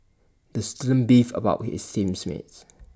the student beefed about his team's mates